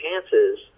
chances